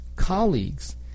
colleagues